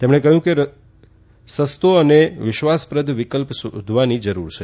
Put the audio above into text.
તેમણે કહ્યું કે રસ્તો અને વિશ્વાસપ્રદ વિકલ્પ શોધવાની જરૂર છે